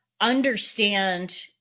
understand